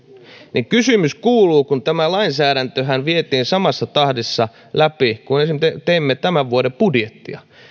kysymys kuuluu tämä lainsäädäntöhän vietiin samassa tahdissa läpi kuin esimerkiksi teimme tämän vuoden budjettia